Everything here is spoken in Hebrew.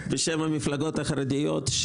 המפלגות החרדיות.